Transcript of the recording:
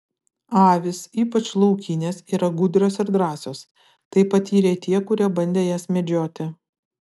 avys ypač laukinės yra gudrios ir drąsios tai patyrė tie kurie bandė jas medžioti